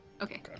okay